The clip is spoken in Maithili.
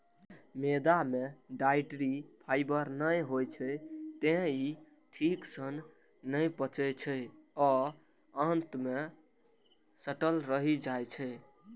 मैदा मे डाइट्री फाइबर नै होइ छै, तें ई ठीक सं नै पचै छै आ आंत मे सटल रहि जाइ छै